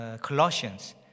Colossians